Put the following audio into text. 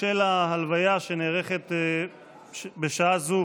בשל ההלוויה שנערכת בשעה זו